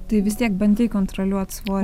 tai vis tiek bandei kontroliuot svorį